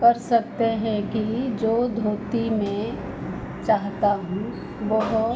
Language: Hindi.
कर सकते हैं कि जो धोती मैं चाहता हूँ वह